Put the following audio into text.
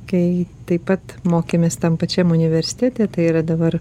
kai taip pat mokėmės tam pačiam universitete tai yra dabar